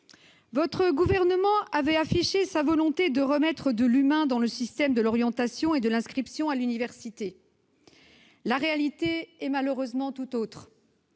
! Le Gouvernement avait affiché sa volonté de remettre de l'humain dans le système de l'orientation et de l'inscription à l'université. La réalité est malheureusement tout autre.